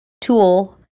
tool